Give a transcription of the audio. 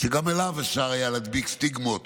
שגם לו אפשר היה להדביק סטיגמות